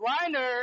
Liner